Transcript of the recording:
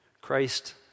Christ